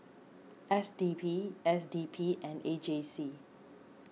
S T B S D P and A J C